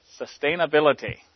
Sustainability